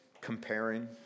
comparing